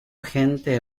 gente